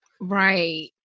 Right